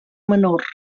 menor